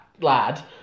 lad